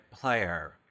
player